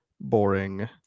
boring